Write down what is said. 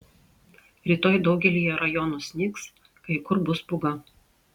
rytoj daugelyje rajonų snigs kai kur bus pūga